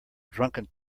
drunken